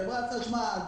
חברת חשמל,